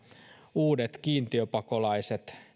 uudet kiintiöpakolaiset